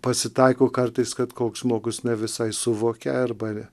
pasitaiko kartais kad koks žmogus ne visai suvokia arba